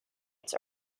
its